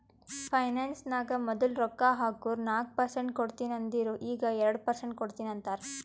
finance ನಾಗ್ ಮದುಲ್ ರೊಕ್ಕಾ ಹಾಕುರ್ ನಾಕ್ ಪರ್ಸೆಂಟ್ ಕೊಡ್ತೀನಿ ಅಂದಿರು ಈಗ್ ಎರಡು ಪರ್ಸೆಂಟ್ ಕೊಡ್ತೀನಿ ಅಂತಾರ್